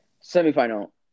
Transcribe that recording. Semi-final